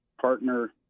partner